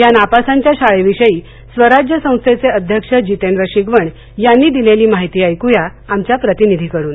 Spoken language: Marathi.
या नापासांच्या शाळेविषयी स्वराज्य संस्थेचे अध्यक्ष जितेंद्र शिगवण यांनी दिलेली माहिती ऐक्या आमच्या प्रतिनिधीकडून